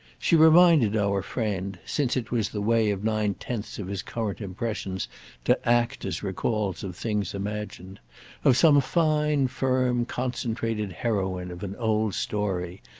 she reminded our friend since it was the way of nine tenths of his current impressions to act as recalls of things imagined of some fine firm concentrated heroine of an old story,